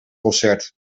concert